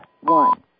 one